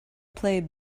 play